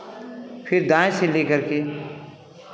फिर दाएँ से लेकर के